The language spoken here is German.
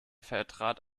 vertrat